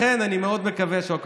אני בעד.